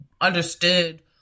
understood